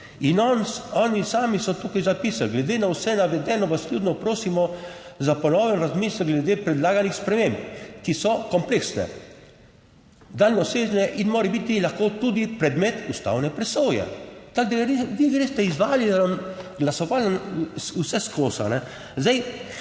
on, oni sami so tukaj zapisali. Glede na vse navedeno vas vljudno prosimo za ponoven razmislek glede predlaganih sprememb, ki so kompleksne, daljnosežne in mora biti lahko tudi predmet ustavne presoje. Tako da vi greste / nerazumljivo/ glasovanj vseskozi.